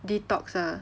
detox ah